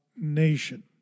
Nation